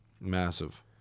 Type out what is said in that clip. Massive